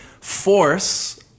force